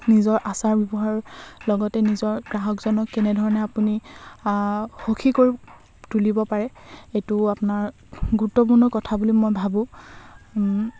নিজৰ আচাৰ ব্যৱহাৰ লগতে নিজৰ গ্ৰাহকজনক কেনেধৰণে আপুনি সুখী কৰি তুলিব পাৰে এইটো আপোনাৰ গুৰুত্বপূৰ্ণ কথা বুলি মই ভাবোঁ